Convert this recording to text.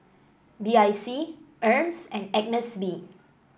B I C Hermes and Agnes B